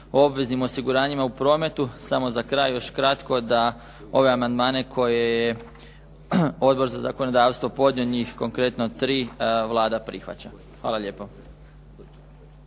obveznim osiguranjima u prometu. Samo za kraj još kratko da ove amandmane koje je Odbor za zakonodavstvo njih konkretno tri Vlada prihvaća. Hvala lijepo.